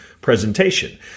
presentation